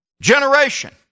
generation